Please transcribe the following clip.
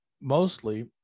mostly